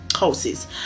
houses